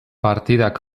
partidak